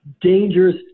dangerous